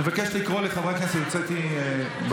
אני מבקש לקרוא לחברי הכנסת שהוצאתי בדיון,